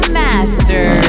master